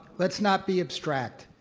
let's not be abstract.